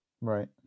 Right